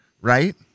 right